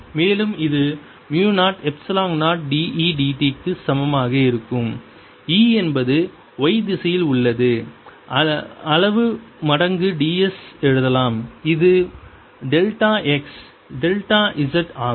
மேலும் இது மு 0 எப்சிலான் 0 dE dt க்கு சமமாக இருக்கும் E என்பது y திசையில் உள்ளது அளவு மடங்கு ds எழுதலாம் அது டெல்டா x டெல்டா z ஆகும்